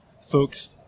folks